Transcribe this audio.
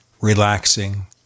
relaxing